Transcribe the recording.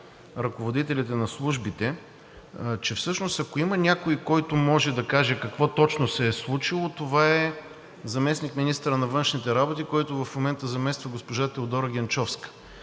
ръководителите на службите, че всъщност, ако има някой, който може да каже какво точно се е случило, това е заместник-министърът на външните работи, който в момента замества госпожа Теодора Генчовска.